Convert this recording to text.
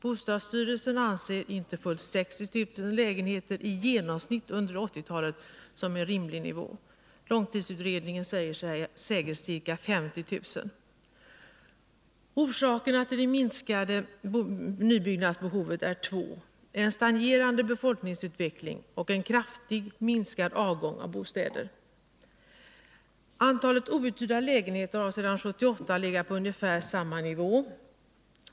Bostadsstyrelsen anser inte fullt 60 000 lägenheter i genomsnitt under 1980-talet vara en rimlig nivå. Långtidsutredningen säger ca 50 000. Orsakerna till det minskade nybyggnadsbehovet är två: en stagnerande befolkningsutveckling och en kraftigt minskad avgång av bostäder. Antalet outhyrda lägenheter har sedan 1978 legat på ungefär samma nivå.